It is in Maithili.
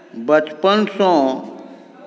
बचपनसँ